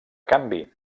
canvi